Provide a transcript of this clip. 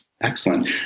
Excellent